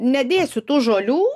nedėsiu tų žolių